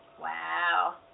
wow